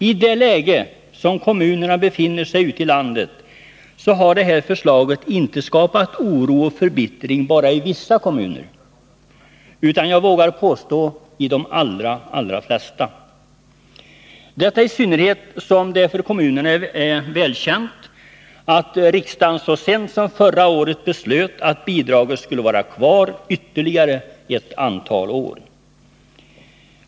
I det läge som kommunerna ute i landet befinner sig i har det här förslaget skapat oro och förbittring inte bara i vissa kommuner utan — vågar jag påstå — i de allra flesta. Detta gäller i synnerhet som det för kommunerna är välkänt att riksdagen så sent som förra året beslöt att bidraget skulle vara kvar ytterligare ett antal år.